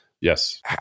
Yes